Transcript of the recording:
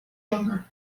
younger